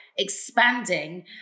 expanding